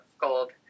gold